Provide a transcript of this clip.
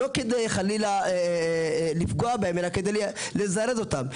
לא כדי, חלילה, לפגוע בהם, אלא כדי לזרז אותם.